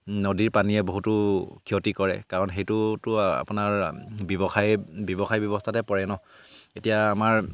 নদীৰ পানীয়ে বহুতো ক্ষতি কৰে কাৰণ সেইটোতো আপোনাৰ ব্যৱসায় ব্যৱসায় ব্যৱস্থাতে পৰে ন এতিয়া আমাৰ